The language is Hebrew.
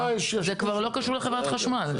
זה כבר לא קשור לחברת חשמל,